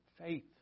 faith